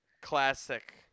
Classic